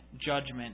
judgment